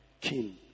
king